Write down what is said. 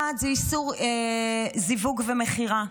אחד זה איסור זיווג ומכירה,